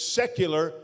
secular